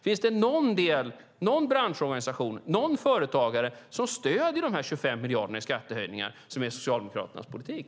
Finns det någon branschorganisation, någon företagare som stöder de här 25 miljarderna i skattehöjningar som är Socialdemokraternas politik?